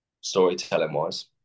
storytelling-wise